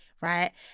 Right